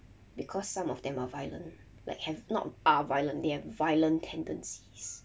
because some of them are violent like have not are violent they have violent tendencies